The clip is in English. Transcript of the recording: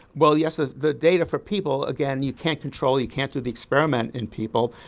well yes, ah the data for people, again, you can't control, you can't do the experiment in people,